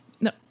no